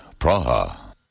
Praha